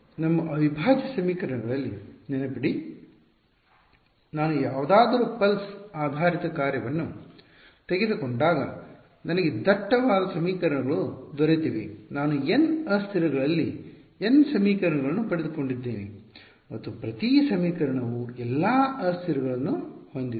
ಆದರೆ ನಮ್ಮ ಅವಿಭಾಜ್ಯ ಸಮೀಕರಣಗಳಲ್ಲಿ ನೆನಪಿಡಿ ನಾನು ಯಾವುದಾದರು ಪುಲ್ಸ್ ಆಧಾರಿತ ಕಾರ್ಯವನ್ನು ತೆಗೆದುಕೊಂಡಾಗ ನನಗೆ ದಟ್ಟವಾದ ಸಮೀಕರಣಗಳು ದೊರೆತಿವೆ ನಾನು n ಅಸ್ಥಿರಗಳಲ್ಲಿ n ಸಮೀಕರಣಗಳನ್ನು ಪಡೆದುಕೊಂಡಿದ್ದೇನೆ ಮತ್ತು ಪ್ರತಿ ಸಮೀಕರಣವು ಎಲ್ಲಾ ಅಸ್ಥಿರಗಳನ್ನು ಹೊಂದಿದೆ